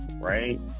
right